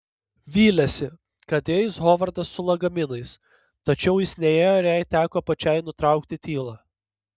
vylėsi kad įeis hovardas su lagaminais tačiau jis neįėjo ir jai teko pačiai nutraukti tylą